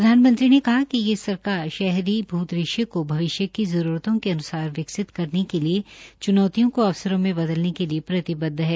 प्रधानमंत्री ने कहा कि ये सरकार शहरी रिदृश्य को भविष्य की जरूरतों के अनुसार विकसित करने के लिए चुनौतियों को अवसरों में बदलने के लिए प्रतिबद्ध है